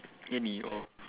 Kenny oh